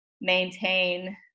maintain